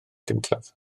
gyntaf